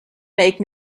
make